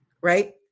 Right